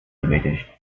dowiedzieć